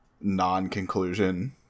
non-conclusion